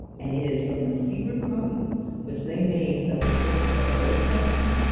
and it is from the hebrew copies which they made of the books of the old testament,